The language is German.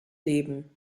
leben